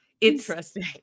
Interesting